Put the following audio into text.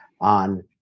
on